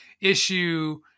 issue